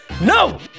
No